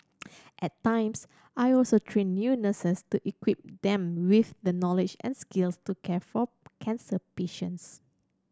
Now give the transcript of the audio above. at times I also train new nurses to equip them with the knowledge and skills to care for cancer patients